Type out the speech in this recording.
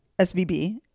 SVB